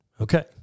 Okay